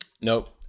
Nope